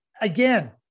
again